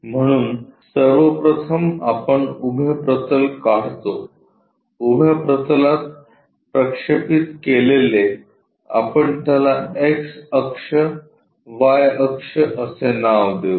म्हणून सर्वप्रथम आपण उभे प्रतल काढतो उभ्या प्रतलात प्रक्षेपित केलेले आपण याला एक्स अक्ष वाय अक्ष असे नाव देऊ